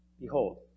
Behold